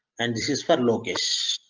and this is for location